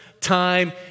time